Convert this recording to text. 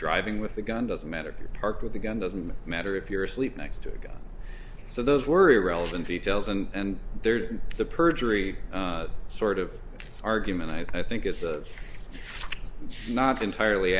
driving with a gun doesn't matter if you're parked with a gun doesn't matter if you're asleep next to a guy so those were relevant details and there's the perjury sort of argument i think is the not entirely